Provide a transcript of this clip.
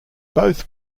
both